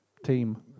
Team